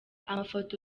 amafoto